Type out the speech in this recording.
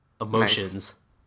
emotions